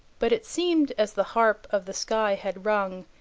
but it seemed as the harp of the sky had rung,